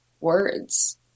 words